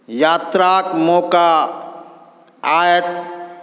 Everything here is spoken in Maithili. यात्राक मौका आयत